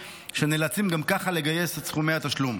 שנאלצים גם ככה לגייס את סכומי התשלום.